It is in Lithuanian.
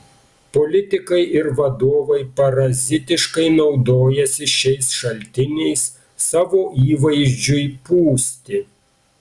politikai ir vadovai parazitiškai naudojasi šiais šaltiniais savo įvaizdžiui pūsti